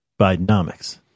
Bidenomics